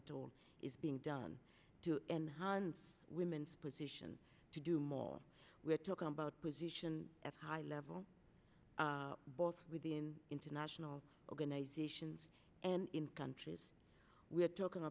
at all is being done to enhance women's position to do more we're talking about position at high level both within international organizations and in countries we're talking